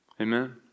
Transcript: Amen